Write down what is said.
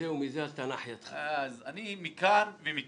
אז אני מכאן ומכאן.